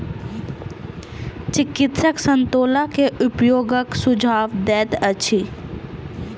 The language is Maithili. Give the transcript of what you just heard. चिकित्सक संतोला के उपयोगक सुझाव दैत अछि